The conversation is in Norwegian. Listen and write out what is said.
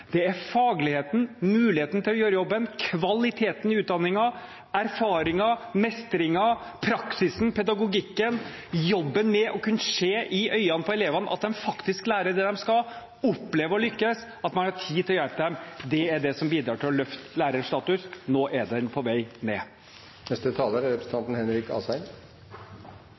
Det er fagligheten, muligheten til å gjøre jobben, kvaliteten i utdanningen, erfaringen, mestringen, praksisen, pedagogikken, jobben med å kunne se i øynene på elevene at de faktisk lærer det de skal, opplever å lykkes, at man har tid til å hjelpe dem, som bidrar til å løfte lærerstatusen. Nå er den på vei ned.